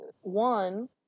One